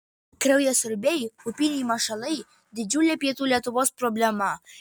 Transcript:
kraujasiurbiai upiniai mašalai didžiulė pietų lietuvos problema